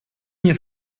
mia